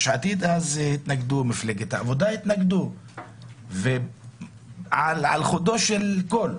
יש עתיד, מפלגת העבודה, החוק עבר על חודו של קול.